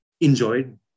enjoyed